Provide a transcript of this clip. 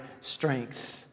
strength